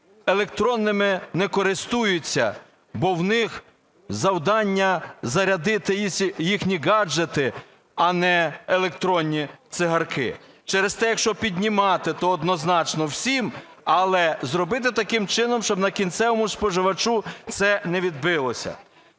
електронними не користуються, бо в них завдання зарядити їхні гаджети, а не електронні цигарки. Через те, якщо піднімати, то однозначно всім, але зробити таким чином, щоби на кінцевому споживачу це не відбилося.